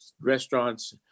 restaurants